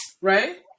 Right